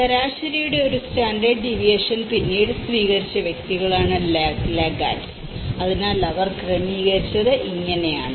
ശരാശരിയുടെ ഒരു standard deviation പിന്നീട് സ്വീകരിച്ച വ്യക്തികളാണ് ലാഗ്ഗാർഡുകൾ അതിനാൽ അവർ ക്രമീകരിച്ചത് ഇങ്ങനെയാണ്